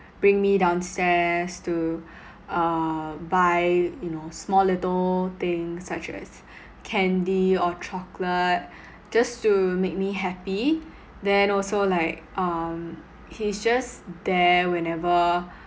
bring me downstairs to uh buy you know small little things such as candy or chocolate just to make me happy then also like um he's just there whenever